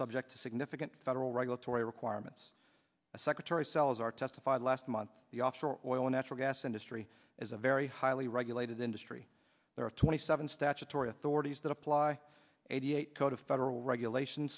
subject to significant federal regulatory requirements a secretary salazar testified last month the offshore oil natural gas industry is a very highly regulated industry there are twenty seven statutory authorities that apply eighty eight code of federal regulation